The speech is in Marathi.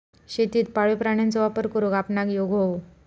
शेतीत पाळीव प्राण्यांचो वापर करुक आपणाक येउक हवो